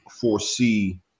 foresee